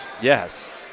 Yes